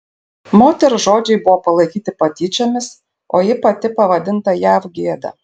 moters žodžiai buvo palaikyti patyčiomis o ji pati pavadinta jav gėda